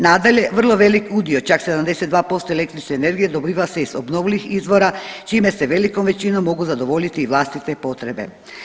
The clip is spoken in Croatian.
Nadalje, vrlo velik udio čak 72% električne energije dobiva se iz obnovljivih izvora čime se velikom većinom mogu zadovoljiti i vlastite potrebe.